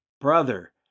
brother